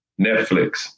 Netflix